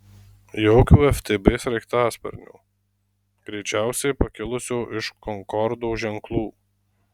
jokių ftb sraigtasparnio greičiausiai pakilusio iš konkordo ženklų